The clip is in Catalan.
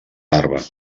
larva